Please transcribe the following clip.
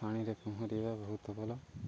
ପାଣିରେ ପହଁରିବା ବହୁତ ଭଲ